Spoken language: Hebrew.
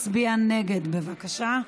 בבקשה.